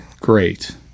great